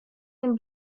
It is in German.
dem